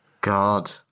God